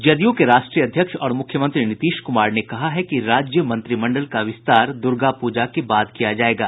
जद्य के राष्ट्रीय अध्यक्ष और मुख्यमंत्री नीतीश कुमार ने कहा है कि राज्य मंत्रिमंडल का विस्तार दुर्गा प्रजा के बाद किया जायेगा